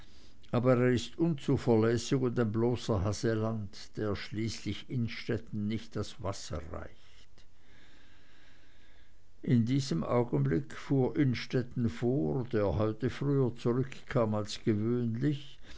aber er ist unzuverlässig und ein bloßer haselant der schließlich innstetten nicht das wasser reicht in diesem augenblick fuhr innstetten vor der heute früher zurückkam als gewöhnlich